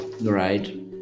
right